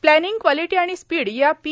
planning quality आणि speed या P